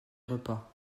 repas